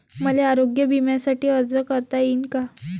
मले आरोग्य बिम्यासाठी अर्ज करता येईन का?